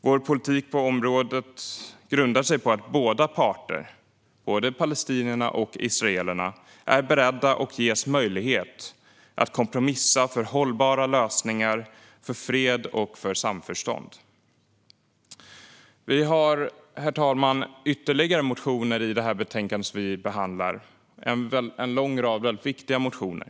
Vår politik på området grundar sig på att båda parter, både palestinierna och israelerna, är beredda och ges möjlighet att kompromissa för hållbara lösningar för fred och samförstånd. Herr talman! Vi har ytterligare motioner i det här betänkandet som vi behandlar. Det är en lång rad viktiga motioner.